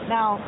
Now